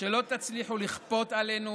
שלא תצליחו לכפות עלינו